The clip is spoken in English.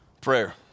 Prayer